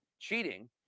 cheating